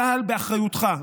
צה"ל באחריותך,